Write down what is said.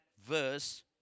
verse